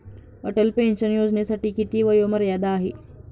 Atal pension योजनेसाठी किती वयोमर्यादा आहे?